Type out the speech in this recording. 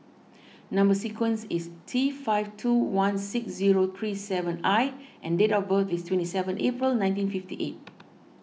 Number Sequence is T five two one six zero three seven I and date of birth is twenty seven April nineteen fifty eight